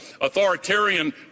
authoritarian